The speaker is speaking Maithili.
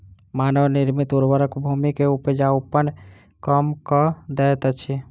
मानव निर्मित उर्वरक भूमि के उपजाऊपन कम कअ दैत अछि